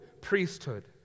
priesthood